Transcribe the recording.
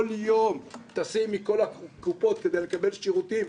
יום טסים מכל הקופות כדי לקבל שירותים.